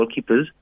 goalkeepers